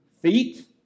feet